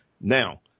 Now